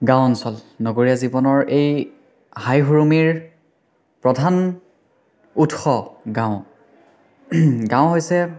গাঁও অঞ্চল নগৰীয়া জীৱনৰ এই হাই উৰুমিৰ প্ৰধান উৎস গাঁও গাঁও হৈছে